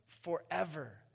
forever